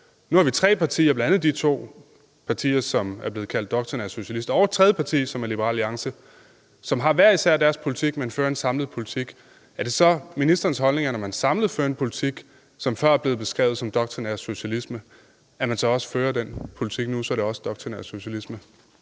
Nu har vi tre partier – bl.a. de to partier, som er blevet kaldt doktrinære socialister, og et tredje parti, som er Liberal Alliance – som hver især har deres politik, men som fører en samlet politik. Er det så ministerens holdning, at når man nu samlet fører den politik, som før er blevet beskrevet som doktrinær socialisme, så er det også doktrinær socialisme?